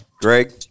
Greg